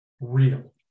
real